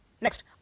Next